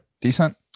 Decent